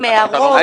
עם הערות,